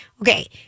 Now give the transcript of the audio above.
Okay